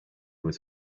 was